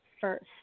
first